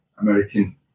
American